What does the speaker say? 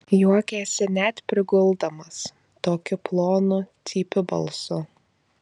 juokėsi net priguldamas tokiu plonu cypiu balsu